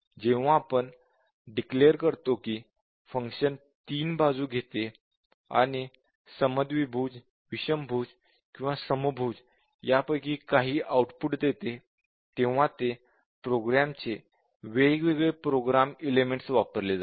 जेव्हा आपण डिकलेर करतो की फंक्शन 3 बाजू घेते आणि समद्विभुज विषमभुज किंवा समभुज यापैकी काही आउटपुट देते तेव्हा प्रोग्रॅम चे वेगवेगळे प्रोग्राम एलेमेंट्स वापरले जातात